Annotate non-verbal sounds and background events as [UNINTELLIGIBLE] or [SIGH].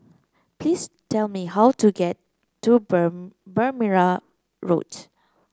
please tell me how to get to [UNINTELLIGIBLE] Berrima Road